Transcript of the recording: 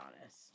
honest